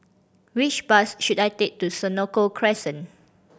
which bus should I take to Senoko Crescent